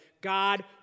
God